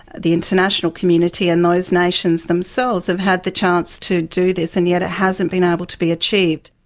the international community and those nations themselves have had the chance to do this and yet it hasn't been able to be achieved.